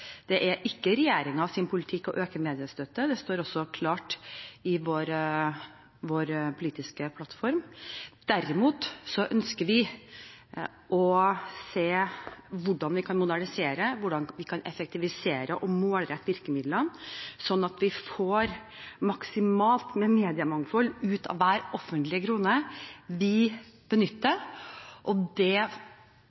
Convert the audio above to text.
Det er ikke regjeringens politikk å øke mediestøtten, det står også klart i vår politiske plattform. Derimot ønsker vi å se på hvordan vi kan modernisere, hvordan vi kan effektivisere og målrette virkemidlene, slik at vi får maksimalt med mediemangfold ut av hver offentlige krone vi benytter,